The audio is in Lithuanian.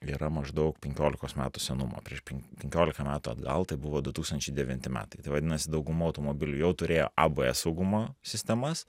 yra maždaug penkiolikos metų senumo prieš pen penkiolika metų atgal tai buvo du tūkstančiai devinti metai tai vadinasi dauguma automobilių jau turėjo abs saugumo sistemas